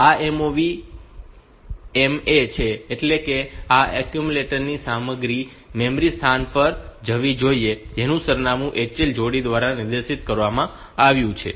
આ MOV MA છે એટલે કે આ એક્યુમ્યુલેટરની સામગ્રી મેમરી સ્થાન પર જવી જોઈએ જેનું સરનામું HL જોડી દ્વારા નિર્દેશિત કરવામાં આવ્યું છે